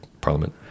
parliament